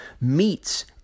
meets